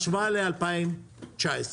השוואה ל-2019.